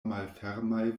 malfermaj